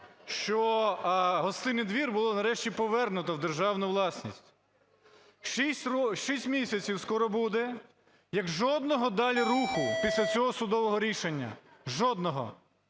що Гостинний двір було нарешті повернуто в державну власність. Шість місяців скоро буде, як жодного далі руху після цього судового рішення, жодного!